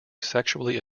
sexually